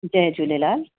हा जय झूलेलाल